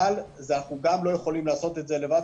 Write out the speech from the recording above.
אבל גם את זה אנחנו לא יכולים לעשות לבד.